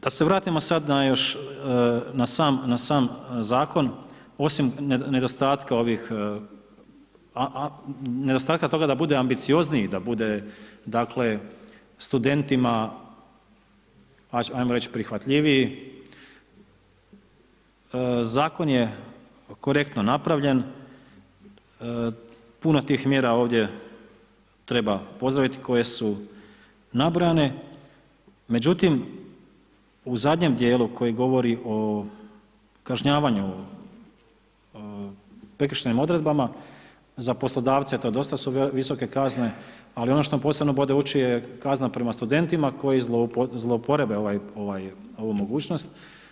Da se vratimo sada još na sam zakon, osim nedostatka toga da bude ambiciozniji, da bude dakle, studentima ajmo reći prihvatljiviji, zakon je korektno napravljen, puno je tih mjera ovdje treba pozdraviti koje su nabrojane, međutim, u zadnjem dijelu koji govori o kažnjavanju prekršajnim odredbama, za poslodavce su to dosta visoke kazne, ali ono što posebno bode u oči je kazna prema studentima, koji zloupotrebe ovu mogućnost.